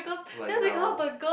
right now